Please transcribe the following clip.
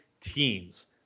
teams